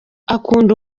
akunda